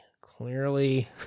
clearly